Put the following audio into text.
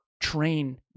train